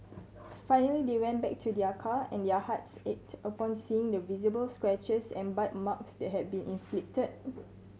finally they went back to their car and their hearts ached upon seeing the visible scratches and bite marks that had been inflicted